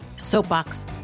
Soapbox